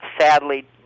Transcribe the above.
sadly